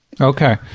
Okay